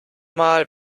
mal